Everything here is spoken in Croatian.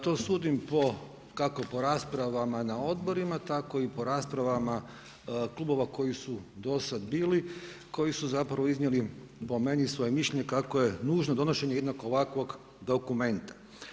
To sudim po kako po raspravama na odborima, tako i po raspravama klubova koji su do sada bili, koji su iznijeli po meni svoje mišljenje kako je nužno donošenje jednog ovakvog dokumenta.